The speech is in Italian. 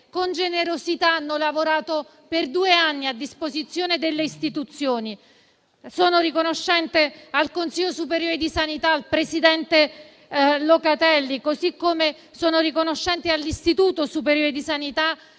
con generosità hanno lavorato per due anni a disposizione delle istituzioni. Sono riconoscente al Consiglio superiore di sanità e al suo presidente Locatelli, così come sono riconoscente all'Istituto superiore di sanità